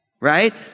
right